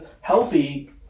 healthy